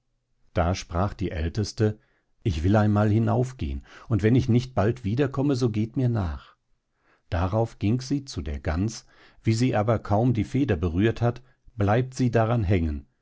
da sprach die älteste ich will einmal hinauf gehen und wenn ich nicht bald wieder komme so geht mir nach darauf ging sie zu der gans wie sie aber kaum die feder berührt hat bleibt sie daran hängen